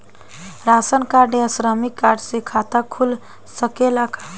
Ration card या श्रमिक card से खाता खुल सकेला का?